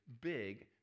big